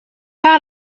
par